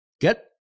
Get